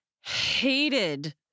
hated